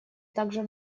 также